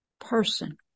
person